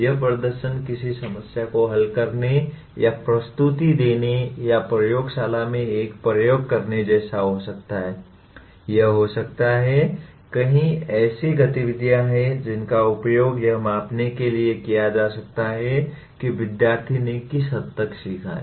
यह प्रदर्शन किसी समस्या को हल करने या प्रस्तुति देने या प्रयोगशाला में एक प्रयोग करने जैसा हो सकता है यह हो सकता है कई ऐसी गतिविधियाँ हैं जिनका उपयोग यह मापने के लिए किया जा सकता है कि विद्यार्थी ने किस हद तक सीखा है